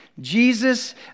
Jesus